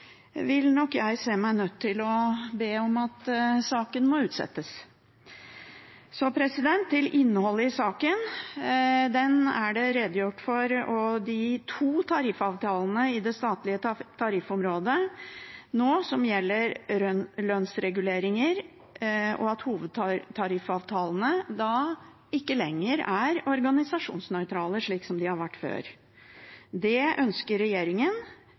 vil nok jeg se meg nødt til å be om at saken må utsettes. Så til innholdet i saken. Det er det redegjort for. Det er to tariffavtaler i det statlige tariffområdet nå som gjelder lønnsreguleringer, og hovedtariffavtalene er ikke lenger organisasjonsnøytrale, slik de har vært før. Dette ønsker regjeringen.